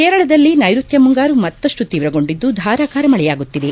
ಕೇರಳದಲ್ಲಿ ನೈರುತ್ಯ ಮುಂಗಾರು ಮತ್ತಪ್ಟು ತೀವ್ರಗೊಂಡಿದ್ದು ಧಾರಾಕಾರ ಮಳೆಯಾಗುತ್ತಿದೆ